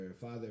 father